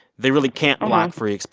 they really can't block free